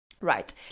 Right